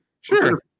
Sure